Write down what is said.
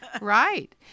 Right